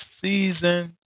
season